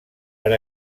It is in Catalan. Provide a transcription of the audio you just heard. per